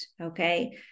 okay